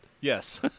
Yes